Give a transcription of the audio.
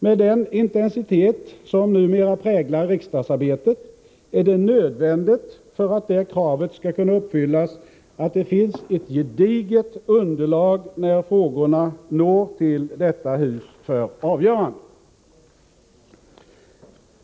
Med den intensitet som numera präglar riksdagsarbetet är det nödvändigt, för att det kravet skall kunna uppfyllas, att det finns ett gediget underlag när frågorna når detta hus för avgörande.